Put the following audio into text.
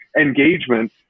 engagement